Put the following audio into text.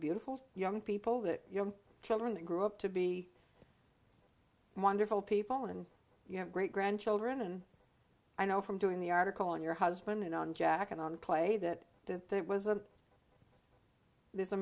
beautiful young people that your children grow up to be wonderful people and you have great grandchildren and i know from doing the article on your husband and on jack and on clay that there was a there's a